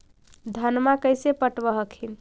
धन्मा कैसे पटब हखिन?